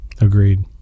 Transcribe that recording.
Agreed